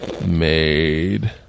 made